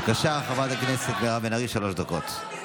ביזיון, חברת הכנסת מיכל שיר, לשבת.